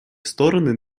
стороны